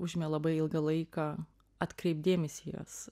užėmė labai ilgą laiką atkreipt dėmesį jas